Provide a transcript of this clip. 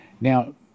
Now